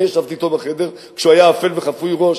ישבתי אתו בחדר כשהוא אבל וחפוי ראש,